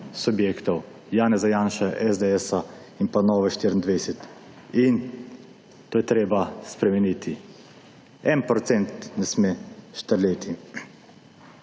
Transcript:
subjektov, Janeza Janše, SDS in pa Nove 24, in to je treba spremeniti. 1 procent ne sme štrleti.